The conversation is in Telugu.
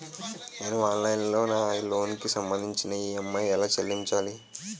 నేను ఆన్లైన్ లో నా లోన్ కి సంభందించి ఈ.ఎం.ఐ ఎలా చెల్లించాలి?